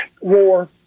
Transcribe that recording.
war